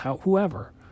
whoever